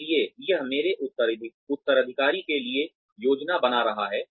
इसलिए यह मेरे उत्तराधिकारी के लिए योजना बना रहा है